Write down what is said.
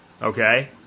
Okay